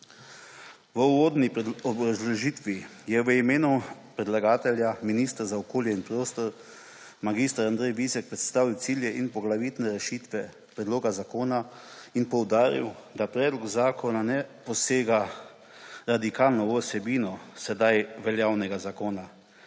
V uvodni obrazložitvi je v imenu predlagatelja minister za okolje in prostor mag. Andrej Vizjak predstavil cilje in poglavitne rešitve predloga zakona in poudaril, da predlog zakona ne posega radikalno v vsebino sedaj veljavnega zakona,